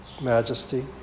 majesty